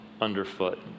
underfoot